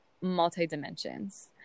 multi-dimensions